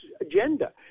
agenda